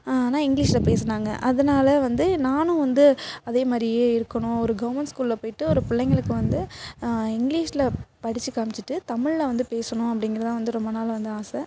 ஆனால் இங்லீஷுல் பேசுனாங்க அதனால வந்து நானும் வந்து அதே மாதிரியே இருக்கணும் ஒரு கவர்மெண்ட் ஸ்கூலில் போயிட்டு ஒரு பிள்ளைங்களுக்கு வந்து இங்கிலீஷுல் படித்து காமிச்சுட்டு தமிழில் வந்து பேசணும் அப்டிங்கிறது தான் வந்து ரொம்ப நாள் வந்து ஆசை